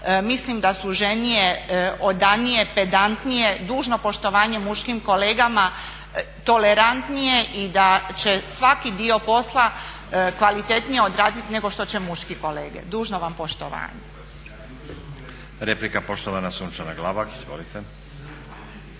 Mislim da su žene odanije, pedantnije, dužno poštovanje muškim kolegama, tolerantnije i da će svaki dio posla kvalitetnije odradit nego što će muški kolege. Dužno vam poštovanje. **Stazić, Nenad (SDP)** Replika, poštovana Sunčana Glavak izvolite.